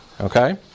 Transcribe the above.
Okay